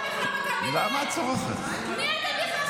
מה, כי מתחנפים אליך?